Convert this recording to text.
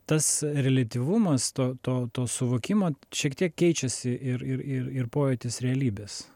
tas reliatyvumas to to to suvokimo šiek tiek keičiasi ir ir ir ir pojūtis realybės